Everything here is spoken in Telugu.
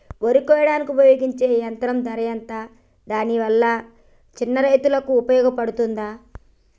వరి కొయ్యడానికి ఉపయోగించే యంత్రం ధర ఎంత దాని వల్ల చిన్న రైతులకు ఉపయోగపడుతదా?